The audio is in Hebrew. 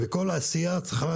כל העשייה צריכה